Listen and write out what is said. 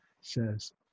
says